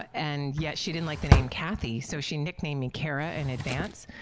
and yet she didn't like the name kathy, so she nicknamed me kara in advance,